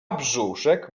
brzuszek